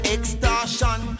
Extortion